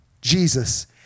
Jesus